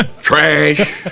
Trash